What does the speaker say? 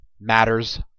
matters